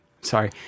Sorry